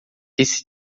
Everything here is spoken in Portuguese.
esse